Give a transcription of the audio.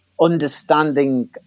understanding